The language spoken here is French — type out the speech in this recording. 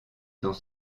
dans